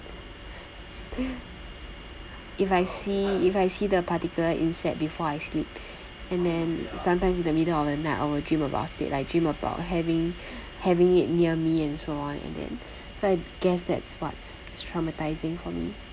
if I see if I see the particular insect before I sleep and then sometimes in the middle of the night I will dream about it like dream about having having it near me and so on and then so I guess that's what's traumatising for me